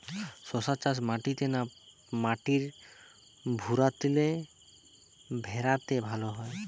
শশা চাষ মাটিতে না মাটির ভুরাতুলে ভেরাতে ভালো হয়?